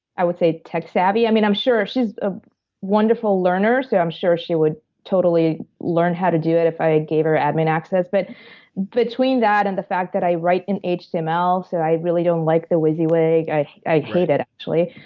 i would say tech-savvy. i mean, i'm sure she's a wonderful learner. so, i'm sure she would totally learn how to do it if i ah gave her admin access, but between that and the fact that i write in html, so i really don't like the wysiwyg. i i hate it, actually.